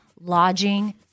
lodging